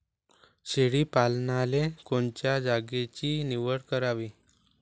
शेळी पालनाले कोनच्या जागेची निवड करावी?